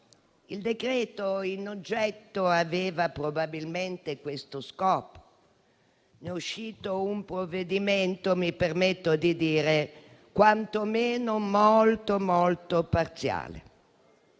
Il decreto in oggetto aveva probabilmente questo scopo. Ne è scaturito un provvedimento che - mi permetto di dire - è quantomeno molto parziale.